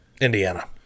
Indiana